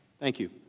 thank you